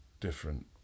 different